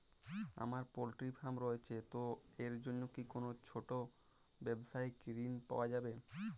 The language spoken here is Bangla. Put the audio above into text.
আমার পোল্ট্রি ফার্ম রয়েছে তো এর জন্য কি কোনো ছোটো ব্যাবসায়িক ঋণ পাওয়া যাবে?